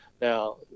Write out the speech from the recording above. Now